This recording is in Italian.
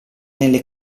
nelle